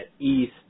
EAST